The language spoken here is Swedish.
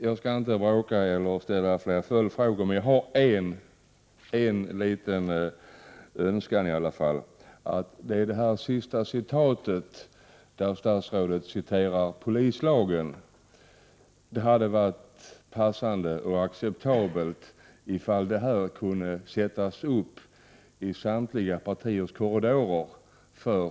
Jag skall inte ställa fler följdfrågor, men jag vill dock uttrycka en liten önskan om att det skulle vara passande om det citat ur polislagen som statsrådet anförde kunde sättas upp för allmän kännedom i samtliga partiers korridorer.